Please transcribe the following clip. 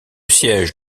siège